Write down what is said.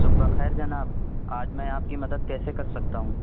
صبح بخیر جناب آج میں آپ کی مدد کیسے کرسکتا ہوں